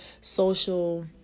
social